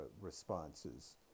responses